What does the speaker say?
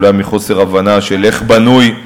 אולי מחוסר הבנה של איך בנוי,